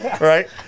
Right